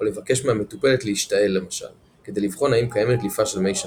או לבקש מהמטופלת להשתעל למשל כדי לבחון האם קיימת דליפה של מי שפיר.